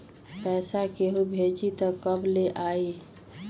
पैसा केहु भेजी त कब ले आई?